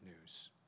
news